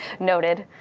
noted.